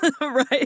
right